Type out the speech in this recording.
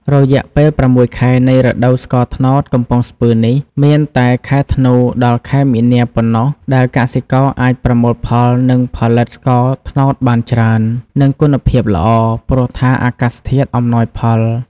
រយៈពេល៦ខែ នៃរដូវស្ករត្នោតកំពង់ស្ពឺនេះ មានតែខែធ្នូ ដល់ខែមីនាប៉ុណ្ណោះ ដែលកសិករអាចប្រមូលផល និងផលិតស្ករត្នោតបានច្រើន និងគុណភាពល្អ ព្រោះថា អាកាសធាតុអំណាយផល។